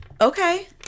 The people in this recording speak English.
Okay